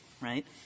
right